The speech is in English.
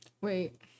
Wait